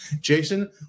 Jason